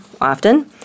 often